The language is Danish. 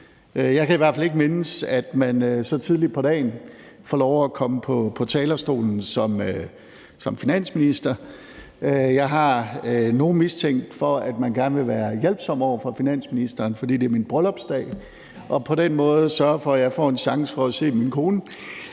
Jeg kan i hvert fald ikke mindes, at man så tidligt på dagen har fået lov at komme på talerstolen som finansminister. Jeg har nogle mistænkt for, at man gerne vil være hjælpsom over for finansministeren, fordi det er min bryllupsdag, og på den måde sørge for, at jeg får en chance for at se min kone.